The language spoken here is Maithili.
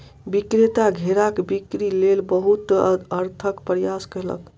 विक्रेता घेराक बिक्री लेल बहुत अथक प्रयास कयलक